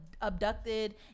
abducted